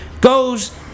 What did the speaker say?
goes